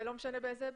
זה לא משנה באיזה היבט,